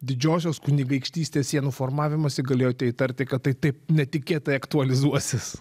didžiosios kunigaikštystės sienų formavimąsi galėjote įtarti kad tai taip netikėtai aktualizuosis